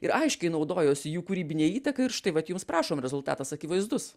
aiškiai naudojos jų kūrybine įtaka ir štai vat jums prašom rezultatas akivaizdus